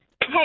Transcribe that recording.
Hey